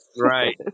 Right